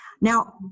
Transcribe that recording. now